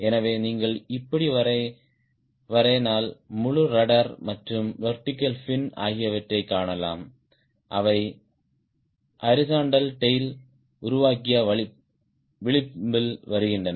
எனவே நீங்கள் இப்படி வரையினால் முழு ரட்ட்ர் மற்றும் வெர்டிகல் பின் ஆகியவற்றைக் காணலாம் அவை ஹாரிஸ்ன்ட்டல் டேய்ல் உருவாக்கிய விழிப்பில் வருகின்றன